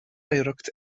oidhreacht